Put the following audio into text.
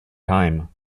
time